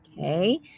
Okay